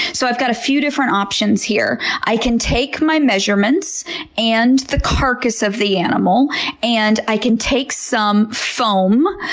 so, i've got a few different options here. i can take my measurements and the carcass of the animal and i can take some foam.